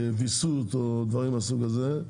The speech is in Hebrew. ויסות או דברים מהסוג הזה,